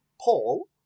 Paul